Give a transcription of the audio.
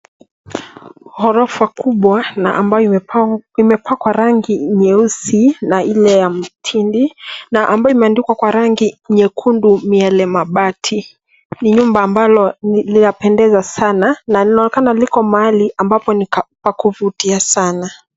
Orofa kubwa na ambayo imepakwa rangi nyeusi na ile ya mtili na ambao imeandikwa kwa rangi nyekundi miele mabati. Ni nyumba ambalo linapendeza sana na linaonekana liko mahali ambapo ni pakuvutia sana.